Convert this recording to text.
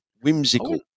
Whimsical